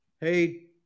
hey